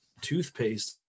toothpaste